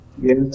yes